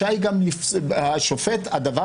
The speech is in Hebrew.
השופט, הדבר